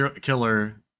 killer